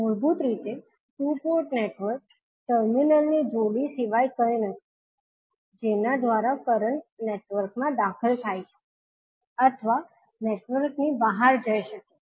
મૂળભૂત રીતે two port network ટર્મિનલની જોડી સિવાય કંઈ નથી જેના દ્વારા કરંટ નેટવર્ક માં દાખલ થઇ શકે છે અથવા નેટવર્કની બહાર જઈ શકે છે